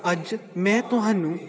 ਅੱਜ ਮੈਂ ਤੁਹਾਨੂੰ